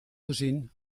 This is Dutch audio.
gezien